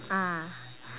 mm